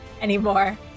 anymore